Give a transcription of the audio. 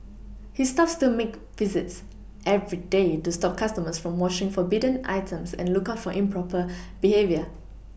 his staff still make visits every day to stop customers from washing forbidden items and look out for improper behaviour